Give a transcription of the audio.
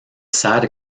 sad